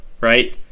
right